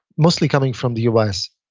mostly coming from the us.